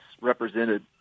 represented